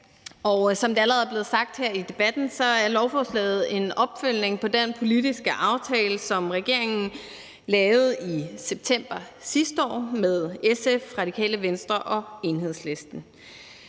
dag. Som det allerede er blevet sagt her i debatten, er lovforslaget en opfølgning på den politiske aftale, som regeringen lavede i september sidste år med SF, Radikale Venstre og Enhedslisten.